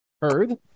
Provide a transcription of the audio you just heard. heard